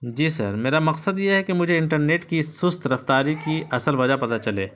جی sir میرا مقصد یہ ہے کہ مجھے انٹرنیٹ کی سست رفتاری کی اصل وجہ پتا چلے